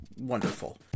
wonderful